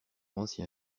ancien